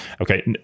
Okay